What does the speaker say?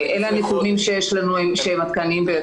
אלה הנתונים שיש לנו שהם עדכניים ביותר.